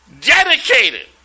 dedicated